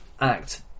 act